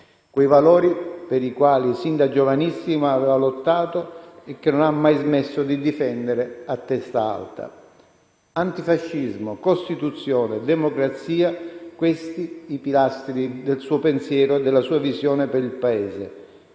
quei valori per i quali, sin da giovanissima, aveva lottato e che non ha mai smesso di difendere a testa alta. Antifascismo, Costituzione, democrazia: questi i pilastri del suo pensiero e della sua visione per il Paese.